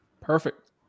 Perfect